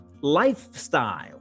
lifestyle